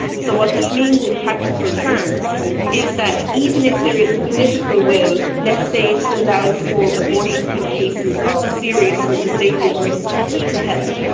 so what this means in practical terms is that even if there is a political will, let's say, to allow for abortions in cases of serious or disabling risk to health,